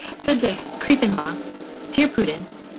subject creeping la dear prudence.